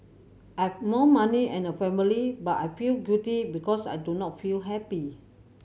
I have more money and a family but I feel guilty because I do not feel happy